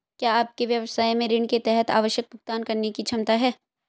क्या आपके व्यवसाय में ऋण के तहत आवश्यक भुगतान करने की क्षमता है?